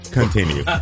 continue